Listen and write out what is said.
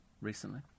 recently